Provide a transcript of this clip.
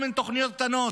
כל מיני תוכניות קטנות,